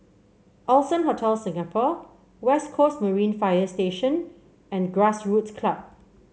Allson Hotel Singapore West Coast Marine Fire Station and Grassroots Club